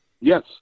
Yes